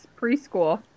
preschool